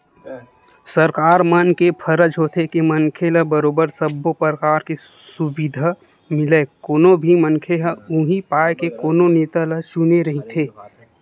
सरकार मन के फरज होथे के मनखे ल बरोबर सब्बो परकार के सुबिधा मिलय कोनो भी मनखे ह उहीं पाय के कोनो नेता ल चुने रहिथे